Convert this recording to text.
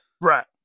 Right